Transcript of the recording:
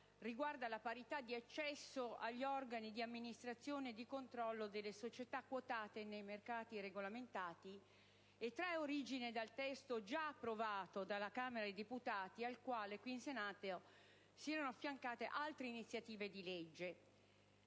riguarda la parità di accesso agli organi di amministrazione e di controllo delle società quotate nei mercati regolamentati e trae origine dal testo già approvato alla Camera dei deputati al quale, qui in Senato, si erano affiancate altre iniziative di legge.